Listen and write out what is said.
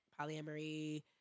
polyamory